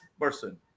person